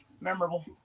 Memorable